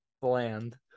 bland